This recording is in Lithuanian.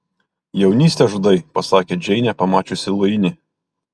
jaunystę žudai pasakė džeinė pamačiusi luinį